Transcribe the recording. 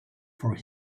for